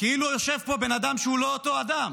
כאילו יושב פה בן אדם שהוא לא אותו אדם.